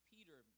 Peter